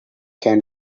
can